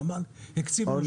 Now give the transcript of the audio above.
הנמל הקציב לנו.